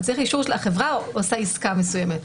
החברה עושה עסקה מסוימת.